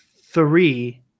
three